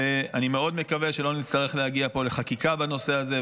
ואני מאוד מקווה שלא נצטרך להגיע פה לחקיקה בנושא הזה,